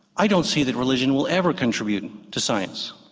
i don't see that religion will ever contribute to science.